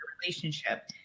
relationship